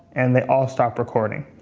and they all stop recording.